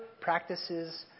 practices